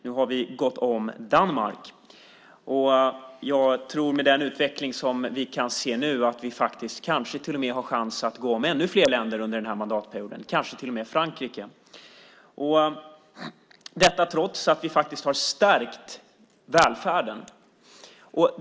Nu har Danmark gått om oss. Med den utveckling som vi kan se nu kanske till och med chansen finns att ännu fler länder går om oss under mandatperioden, kanske till och med Frankrike. Detta har skett trots att vi har stärkt välfärden.